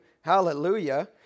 Hallelujah